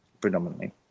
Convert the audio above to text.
predominantly